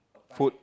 food